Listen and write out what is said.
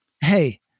hey